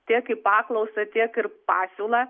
tiek į paklausą tiek ir pasiūlą